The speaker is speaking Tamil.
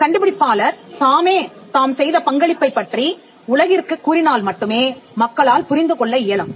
கண்டுபிடிப்பாளர் தாமே தாம் செய்த பங்களிப்பைப் பற்றி உலகிற்கு கூறினால் மட்டுமே மக்களால் புரிந்துகொள்ள இயலும்